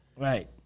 Right